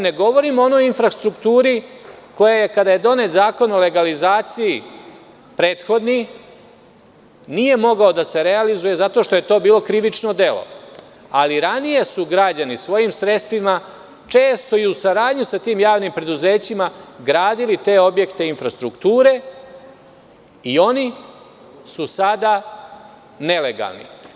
Ne govorim o onoj infrastrukturi koja je kada je donet prethodni Zakon o legalizaciji nije mogao da se realizuje zato što je to bilo krivično delo, ali ranije su građani svojim sredstvima često i u saradnji sa tim javnim preduzećima gradili te objekte infrastrukture i oni su sada nelegalni.